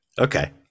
Okay